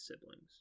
siblings